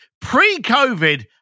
pre-COVID